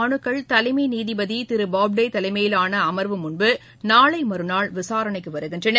மனுக்கள் இந்த தலைமை நீதிபதி திரு போப்டே தலைமையிலான அமர்வு முன்பு நாளை மற்றாள் விசாரணைக்கு வருகின்றன